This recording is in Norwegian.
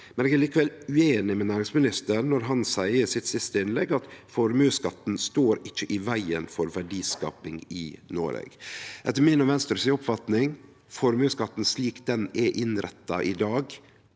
men eg er likevel ueinig med næringsministeren når han seier i sitt siste innlegg at formuesskatten ikkje står i vegen for verdiskaping i Noreg. Etter mi og Venstre si oppfatning står formuesskatten – slik han er innretta i dag,